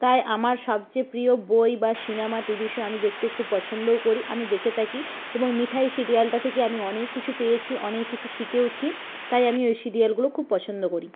তাই আমার সবচেয়ে প্রিয় বই বা সিনেমা টিভি শো আমি দেখতে খুব পছন্দও করি আমি দেখে থাকি এবং মিঠাই সিরিয়ালটা থেকে আমি অনেক কিছু পেয়েছি অনেক কিছু শিখেওছি তাই আমি ওই সিরিয়ালগুলো খুব পছন্দ করি